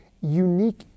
unique